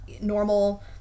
normal